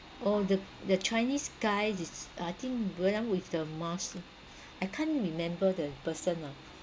oh the the chinese guy is I think bur~ young with the mask I can't remember the person lah